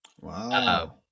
Wow